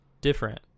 different